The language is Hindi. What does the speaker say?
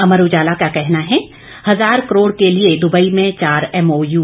अमर उजाला का कहना है हजार करोड़ के लिए दुबई में चार एमओयू